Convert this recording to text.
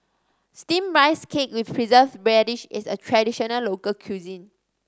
Steamed Rice Cake with Preserved Radish is a traditional local cuisine